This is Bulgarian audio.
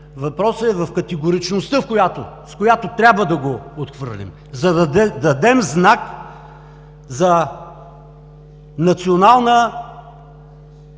Въпросът е в категоричността, с която трябва да го отхвърлим, за да дадем знак за национална